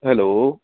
hello